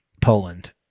Poland